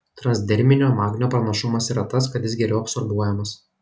transderminio magnio pranašumas yra tas kad jis geriau absorbuojamas